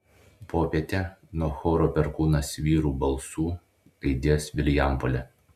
popietę nuo choro perkūnas vyrų balsų aidės vilijampolė